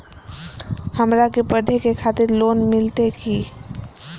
हमरा के पढ़े के खातिर लोन मिलते की?